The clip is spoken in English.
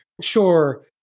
Sure